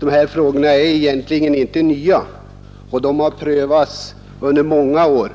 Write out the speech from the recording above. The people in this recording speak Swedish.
De här frågorna är egentligen inte nya utan de har diskuterats under många år.